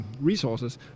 resources